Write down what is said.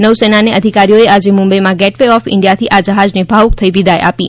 નૌસેનાને અધિકારીઓએ આજે મુંબઈમાં ગેટ વે ઓફ ઇન્ડિયાથી આ જહાજને ભાવુક થઈ વિદાય આપી